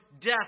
death